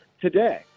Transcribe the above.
today